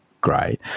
great